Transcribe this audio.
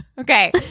Okay